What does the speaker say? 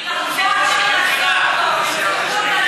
כמו שאחמד טיבי אמר אתמול: